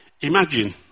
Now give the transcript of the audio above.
Imagine